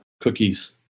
cookies